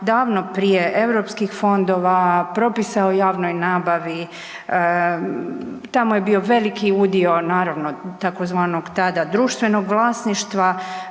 davno prije eu fondova, pripisa o javnoj nabavi, tamo je bio veliki udio naravno tzv. tada društvenog vlasništva,